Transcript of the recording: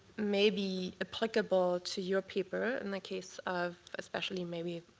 may be applicable to your paper, in the case of, especially, maybe,